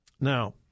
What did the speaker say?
Now